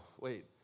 wait